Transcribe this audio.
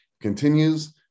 continues